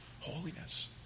Holiness